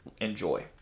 enjoy